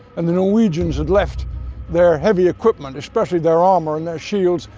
and the norwegians had left their heavy equipment, especially their armour and their shields,